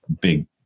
big